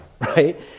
right